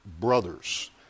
brothers